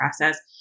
process